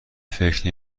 فکر